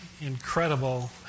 incredible